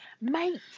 mate